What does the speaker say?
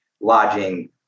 lodging